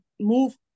move